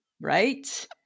Right